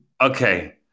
okay